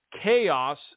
chaos